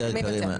יותר יקרים.